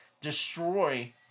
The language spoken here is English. destroy